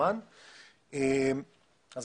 זה לא נכון.